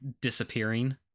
disappearing